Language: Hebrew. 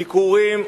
ביקורים,